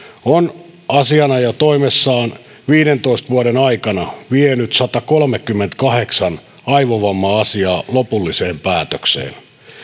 on asianajotoimessaan viidentoista vuoden aikana vienyt satakolmekymmentäkahdeksan aivovamma asiaa lopulliseen päätökseen